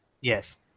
Yes